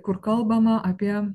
kur kalbama apie